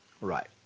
Right